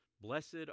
Blessed